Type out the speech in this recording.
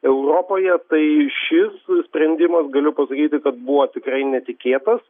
europoje tai šis sprendimas galiu pasakyti kad buvo tikrai netikėtas